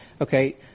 Okay